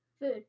Food